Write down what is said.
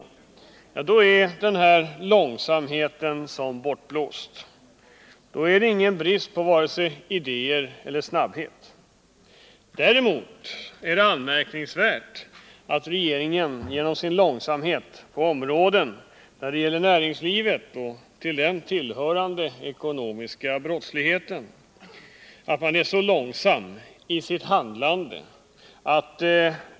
”I propositionen föreslås nya regler om näringsförbud i samband med konkurs, s.k. konkurskarantän.